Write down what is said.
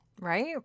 Right